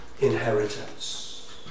inheritance